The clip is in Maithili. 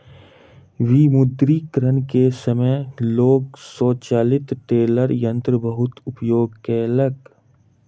विमुद्रीकरण के समय लोक स्वचालित टेलर यंत्रक बहुत उपयोग केलक